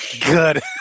Good